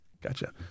Gotcha